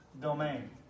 Domain